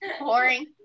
Boring